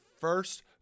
first